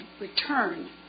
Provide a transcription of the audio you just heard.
return